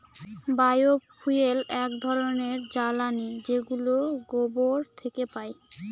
বায় fuel এক ধরনের জ্বালানী যেগুলো গোবর থেকে পাই